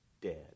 dead